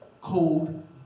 called